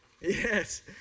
yes